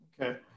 Okay